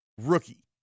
rookie